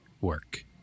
work